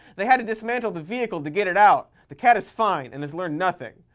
they had to dismantle the vehicle to get it out. the cat is fine and has learned nothing.